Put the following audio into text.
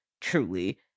truly